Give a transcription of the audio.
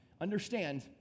Understand